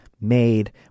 made